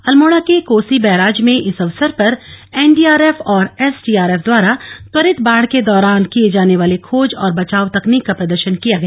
अल्मोड़ा के कोसी बैराज में इस अवसर पर एनडीआरएफ और एसडीआरएफ द्वारा त्वरित बाढ़ के दौरान किये जाने वाले खोज और बचाव तकनीक का प्रदर्शन किया गया